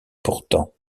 pourtant